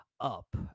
up